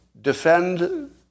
defend